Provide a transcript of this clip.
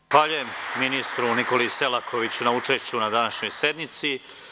Zahvaljujem ministru Nikoli Selakoviću na učešću na današnjoj sednici.